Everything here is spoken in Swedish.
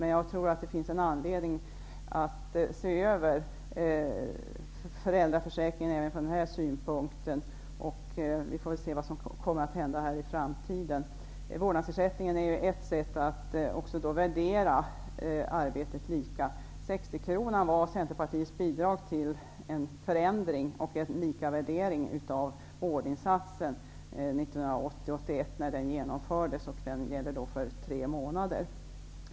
Men jag tror att det finns anledning att se över föräldraförsäkringen även från den här synpunkten. Vi får väl se vad som händer här i framtiden. Vårdnadsersättningen är ju ett sätt att värdera arbetet lika. 60-kronan var Centerpartiets bidrag när det gällde att åstadkomma en förändring och en lika värdering av vårdinsatsen 1980/81, då den genomfördes. Den gäller för tre månader.